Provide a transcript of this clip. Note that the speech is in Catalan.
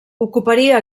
ocuparia